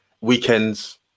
weekends